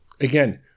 again